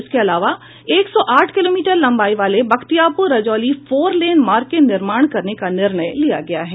इसके अलावा एक सौ आठ किलोमीटर लंबाई वाले बख्तियारपुर रजौली फोर लेन मार्ग के निर्माण करने का निर्णय लिया गया है